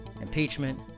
Impeachment